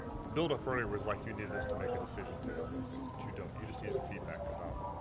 the build-up earlier was like you needed us to make a decision today on those things, but you don't. you just needed the feedback about.